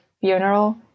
funeral